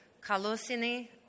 Kalosini